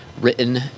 written